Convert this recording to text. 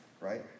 right